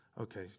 Okay